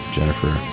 Jennifer